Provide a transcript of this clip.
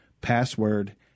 password